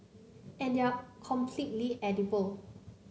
and they are completely edible